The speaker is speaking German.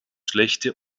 schlechte